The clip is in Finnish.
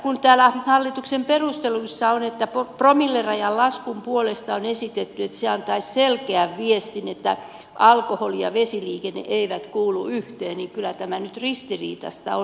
kun täällä hallituksen esityksen perusteluissa on että promillerajan laskun puolesta on esitetty että se antaisi selkeän viestin että alkoholi ja vesiliikenne eivät kuulu yhteen niin kyllä tämä nyt ristiriitaista on